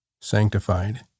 sanctified